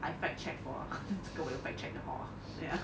I fact check 这个我有 fact check 的 hor